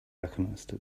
alchemist